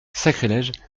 sacrilège